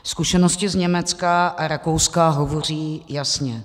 Zkušenosti z Německa a Rakouska hovoří jasně.